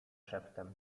szeptem